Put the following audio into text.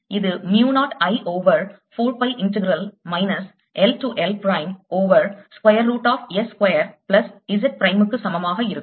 இது mu 0 I over 4 pi integral minus L to L prime over square root of S square plus Z prime க்கு சமமாக இருக்கும்